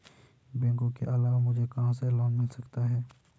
बैंकों के अलावा मुझे कहां से लोंन मिल सकता है?